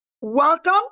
Welcome